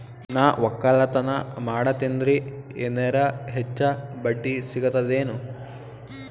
ನಾ ಒಕ್ಕಲತನ ಮಾಡತೆನ್ರಿ ಎನೆರ ಹೆಚ್ಚ ಬಡ್ಡಿ ಸಿಗತದೇನು?